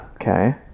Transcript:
Okay